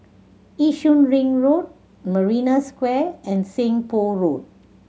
Yishun Ring Road Marina Square and Seng Poh Road